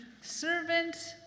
servant